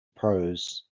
pros